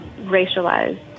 racialized